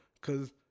Cause